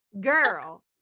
Girl